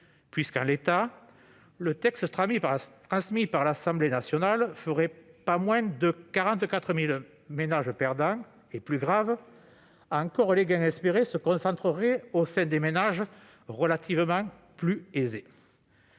En l'état, le texte transmis par l'Assemblée ferait pas moins de 44 000 ménages perdants et, plus grave encore, les gains espérés se concentreraient sur les ménages relativement plus aisés.